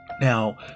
Now